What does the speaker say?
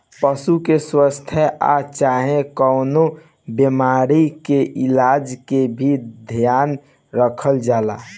पशु के स्वास्थ आ चाहे कवनो बीमारी के इलाज के भी ध्यान रखल जाला